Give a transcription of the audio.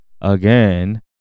Again